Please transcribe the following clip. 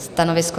Stanovisko?